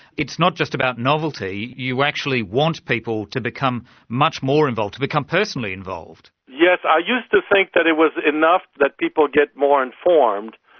it's not just about novelty, you actually want people to become much more involved, to become personally involved. yes, i used to think that it was enough that people get more informed,